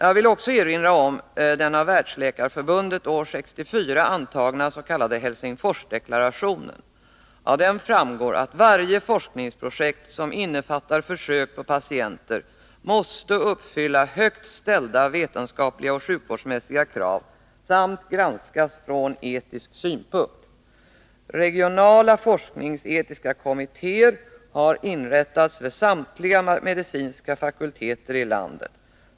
Jag vill också erinra om den av Världsläkarförbundet år 1964 antagna s.k. Helsingforsdeklarationen. Av den framgår att varje forskningsprojekt, som innefattar försök på patienter, måste uppfylla högt ställda vetenskapliga och sjukvårdsmässiga krav samt granskas från etisk synpunkt. Regionala forskningsetiska kommittéer har inrättats vid samtliga medicinska fakulteter i landet.